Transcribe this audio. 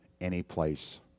anyplace